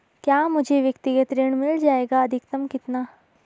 क्या मुझे व्यक्तिगत ऋण मिल जायेगा अधिकतम कितना?